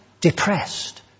depressed